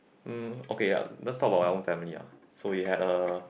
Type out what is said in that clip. mm okay let's talk about my own family ah so we had a